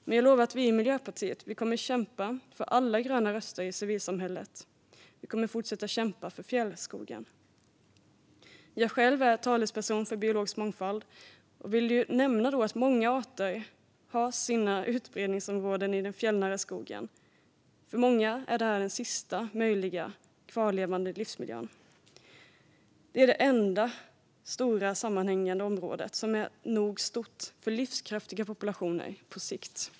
Men jag lovar att vi i Miljöpartiet kommer att kämpa för alla gröna röster i civilsamhället. Vi kommer att fortsätta kämpa för fjällskogen. Jag är själv talesperson för biologisk mångfald och vill nämna att många arter har sina utbredningsområden i den fjällnära skogen. För många av dem är det den sista kvarvarande livsmiljön. Det är det enda i området som är stort och sammanhängande nog för livskraftiga populationer på sikt.